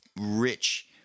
rich